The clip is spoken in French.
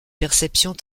perceptions